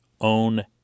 own